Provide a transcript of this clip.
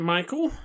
Michael